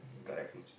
correct